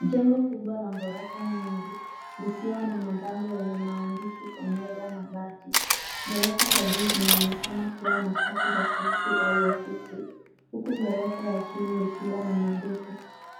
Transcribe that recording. Jengo kubwa lenye ghorofa nyingi, likiwa na mabango yenye maandishi Omega Mabati. Ghorofa za juu zinaonekana kuwa nafasi za kuishi au ofisi, huku ghorofa ya chini ikiwa na maduka.